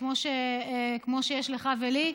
כמו שיש לך ולי,